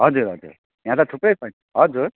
हजुर हजुर यहाँ त थुप्रै छ हजुर